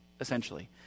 Essentially